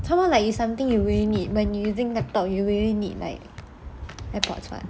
somemore like you something you really need like when using laptop you will need like airpods [what]